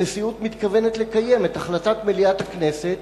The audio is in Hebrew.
הנשיאות מתכוונת לקיים את החלטת מליאת הכנסת,